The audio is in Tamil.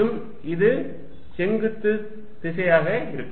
மற்றும் இது செங்குத்து திசையாக இருக்கும்